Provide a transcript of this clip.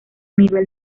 nivel